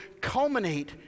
culminate